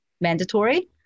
mandatory